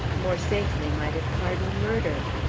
more safely might it pardon murder.